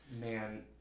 Man